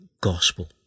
gospel